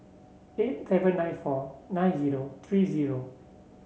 eight seven nine four nine zero three zero